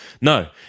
No